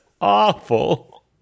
awful